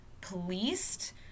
policed